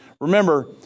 Remember